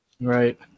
Right